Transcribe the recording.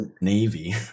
Navy